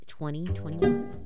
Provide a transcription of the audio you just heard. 2021